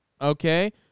Okay